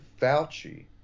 Fauci